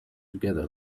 together